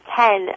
ten